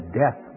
death